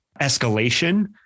escalation